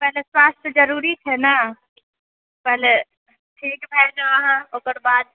पहिले स्वास्थ जरूरी छै ने पहिले ठीक भए जाउ अहाँ ओकर बाद